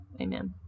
amen